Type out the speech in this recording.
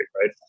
right